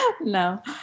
no